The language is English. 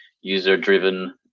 user-driven